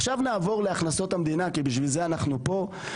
עכשיו נעבור להכנסות המדינה כי בשביל זה אנחנו פה.